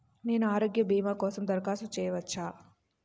నేను ఆరోగ్య భీమా కోసం దరఖాస్తు చేయవచ్చా?